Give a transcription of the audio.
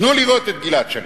תנו לראות את גלעד שליט.